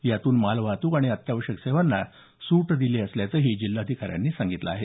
यातून मालवाहतूक आणि अत्यावश्यक सेवांना सूट असल्याचंही जिल्हाधिकाऱ्यांनी सांगितलं आहे